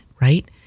right